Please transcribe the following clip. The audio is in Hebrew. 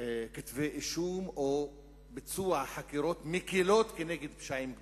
כתבי-אישום או ביצוע חקירות מקילות כנגד פשעים גדולים.